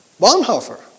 Bonhoeffer